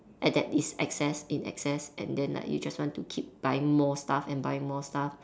at that it's excess in excess and then like you just want to keep buying more stuff and buying more stuff